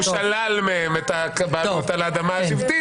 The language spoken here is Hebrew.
הוא שלל מהם את הבעלות על האדמה השבטית.